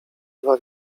dwa